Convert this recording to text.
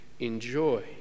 enjoy